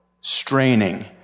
straining